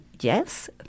yes